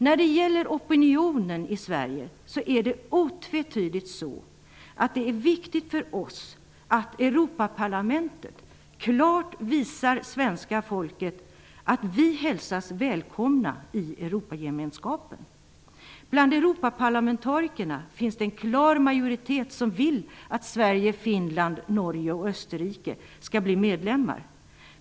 När det gäller opinionen i Sverige är det otvetydigt så, att det är viktigt för oss att Europaparlamentet klart visar svenska folket att vi hälsas välkomna i Bland Europaparlamentarikerna finns det en klar majoritet som vill att Sverige, Finland, Norge och Österrike skall bli medlemmar.